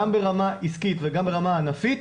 גם ברמה עסקית וגם ברמה ענפית,